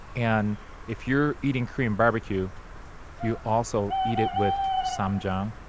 and if you're eating korean barbecue you also eat it with ssamjang,